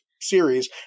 series